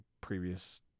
previous